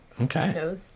okay